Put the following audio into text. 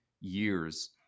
years